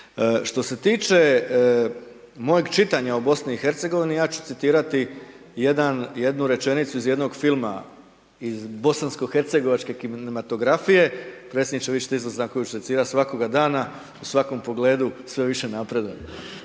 Što se tiče mojeg čitanja o Bosni i Hercegovini, ja ću citirati jedan, jednu rečenicu iz jednog filma iz bosansko-hercegovačke kinematografije, predsjedniče vi će te .../Govornik se ne razumije./... svakoga dana u svakom pogledu sve više napredujem,